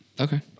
Okay